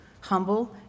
humble